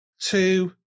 two